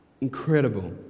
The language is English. Incredible